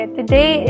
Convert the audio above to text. today